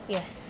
Yes